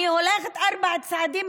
אני הולכת ארבעה צעדים,